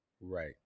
Right